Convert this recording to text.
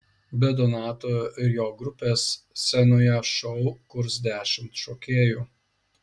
be donato ir jo grupės scenoje šou kurs dešimt šokėjų